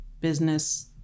business